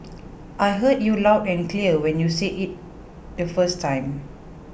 I heard you loud and clear when you said it the first time